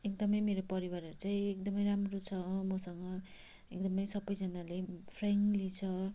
एकदमै मेरो परिवाहरू चाहिँ एकदमै राम्रो छ मसँग एकदमै सबैजनाले फ्य्राङ्कली छ